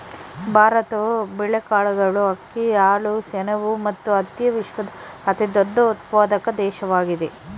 ಭಾರತವು ಬೇಳೆಕಾಳುಗಳು, ಅಕ್ಕಿ, ಹಾಲು, ಸೆಣಬು ಮತ್ತು ಹತ್ತಿಯ ವಿಶ್ವದ ಅತಿದೊಡ್ಡ ಉತ್ಪಾದಕ ದೇಶವಾಗಿದೆ